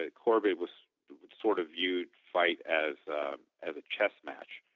ah corbett was sort of viewed fight as ah as chest match.